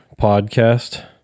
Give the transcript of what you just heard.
podcast